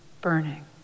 burning